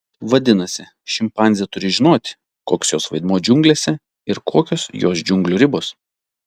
vadinasi šimpanzė turi žinoti koks jos vaidmuo džiunglėse ir kokios jos džiunglių ribos